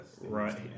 Right